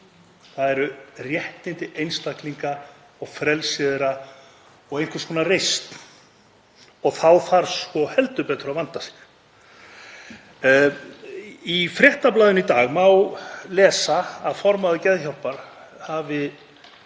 þ.e. réttindi einstaklinga, frelsi þeirra og einhvers konar reisn. Þá þarf heldur betur að vanda sig. Í Fréttablaðinu í dag má lesa að formaður Geðhjálpar hafi